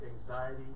anxiety